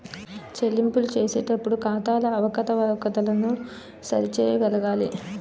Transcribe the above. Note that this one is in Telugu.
చెల్లింపులు చేసేటప్పుడు ఖాతాల అవకతవకలను సరి చేయగలగాలి